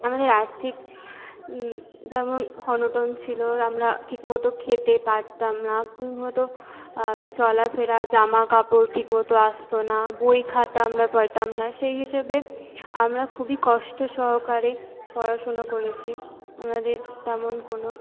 আমাদের আর্থিক যেমন অনটন ছিলো আমরা ঠিক মতো খেতে পারতাম না মতো চলা ফেরা জামা কাপড় ঠিক মতো আসতো না বই খাতা আমরা পারতাম না সেই হিসাবে আমরা খুবই কষ্ট সহকারে পড়াশুনো করেছি আমাদের তেমন কোনো